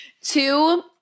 Two